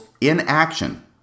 inaction